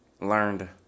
learned